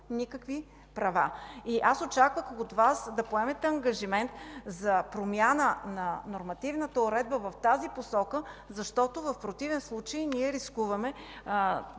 никакви права. Очаквах от Вас да поемете ангажимент за промяна на нормативната уредба в тази посока, защото в противен случай ние рискуваме